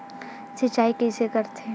सिंचाई कइसे करथे?